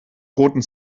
roten